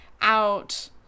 out